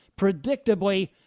predictably